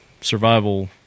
survival